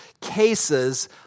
cases